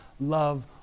love